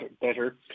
better